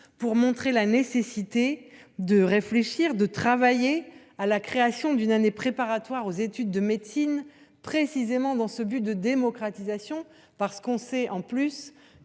pour montrer la nécessité de réfléchir, de travailler à la création d’une année préparatoire aux études de médecine, précisément dans cet objectif de démocratisation. Nous savons que ces